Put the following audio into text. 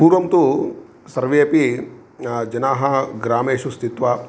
पूर्वं तु सर्वे अपि जनाः ग्रामेषु स्थित्वा